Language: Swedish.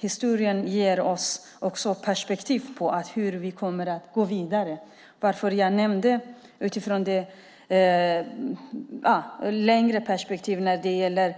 Historien ger oss också perspektiv på hur vi går vidare. Jag nämnde det längre perspektivet när det gäller